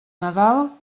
nadal